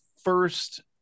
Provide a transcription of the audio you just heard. first